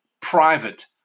private